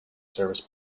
service